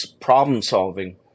problem-solving